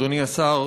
אדוני השר,